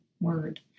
word